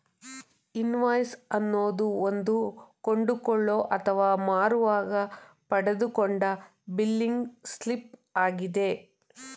invoice ಅನ್ನೋದು ಒಂದು ಕೊಂಡುಕೊಳ್ಳೋ ಅಥವಾ ಮಾರುವಾಗ ಪಡೆದುಕೊಂಡ ಬಿಲ್ಲಿಂಗ್ ಸ್ಲಿಪ್ ಆಗಿದೆ